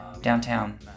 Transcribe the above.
downtown